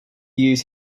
use